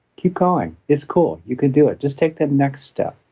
keep going. it's cool. you can do it. just take the next step.